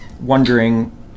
wondering